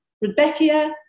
Rebecca